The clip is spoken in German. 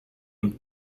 und